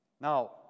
Now